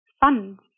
funds